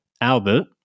Albert